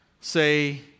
say